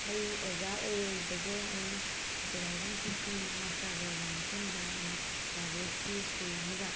ꯑꯩ ꯑꯣꯖꯥ ꯑꯣꯏꯔꯛꯏꯕꯁꯦ ꯑꯩ ꯇꯨ ꯊꯥꯎꯖꯟ ꯐꯤꯞꯇꯤꯟꯗ ꯃꯥꯁꯇꯔ ꯂꯣꯏꯔꯕ ꯃꯇꯨꯡꯗ ꯑꯩ ꯄ꯭ꯔꯥꯏꯕꯦꯠꯀꯤ ꯁ꯭ꯀꯨꯜ ꯑꯃꯗ